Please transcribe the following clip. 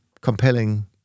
compelling